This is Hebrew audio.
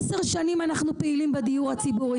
עשר שנים אנחנו פעילים בדיור הציבורי.